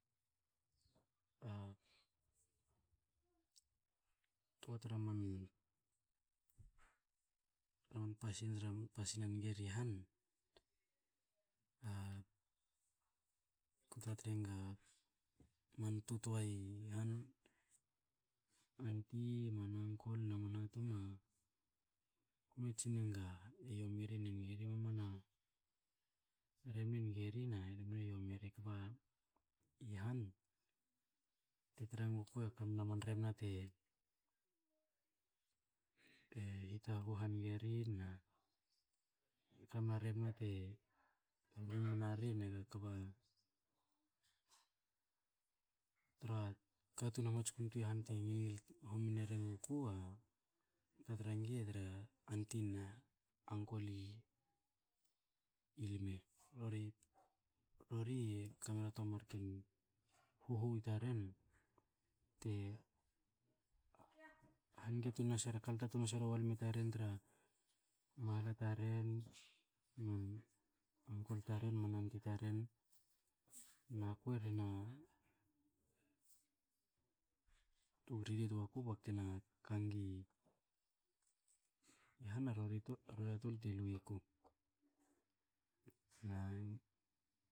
A toa tra man pasin i han, a ko tratra enga man totoa i han, anti, man unkol na man ha tum, a ko mne tsignenga a yomi ri, ne nge ri. Mamana rebna nge ri na rebna yomi ri, kba i han, te tre nguku a kamna kam rebna te e hitaghu hange ri, na kamna rebna te rumrumna ri ne, kba tra katun hamatskun toa i han te ngil homi nue eru a tra ngi tra unti na unkol i lme. Rori rori kamna marken huhu taren, te hange tunase kalta tunase ra walme taren tra mahla taren, noni, unkol taren na man unti taren. Na ku rhena tu ba ku tna ka ngi i han a rori a rori a tol te lui yo ku. Na